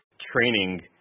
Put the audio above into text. training